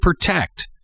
protect